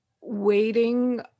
waiting